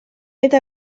eta